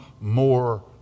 more